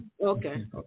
Okay